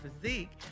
physique